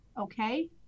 okay